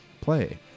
play